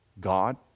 God